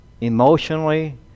emotionally